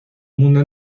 mundo